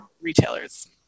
retailers